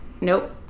Nope